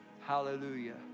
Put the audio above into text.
Hallelujah